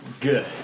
Good